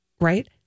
right